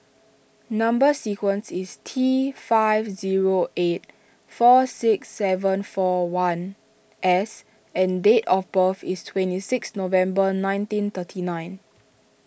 Number Sequence is T five zero eight four six seven four one S and date of birth is twenty six November nineteen thirty nine